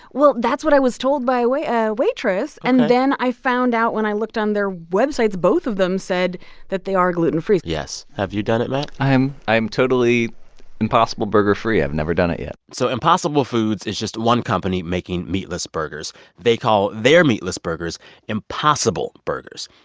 well, that's what i was told by a ah waitress. and then i found out when i looked on their websites, both of them said that they are gluten-free yes. have you done it, matt? i am i am totally impossible burger-free. i've never done it yet so impossible foods is just one company making meatless burgers. they call their meatless burgers impossible burgers.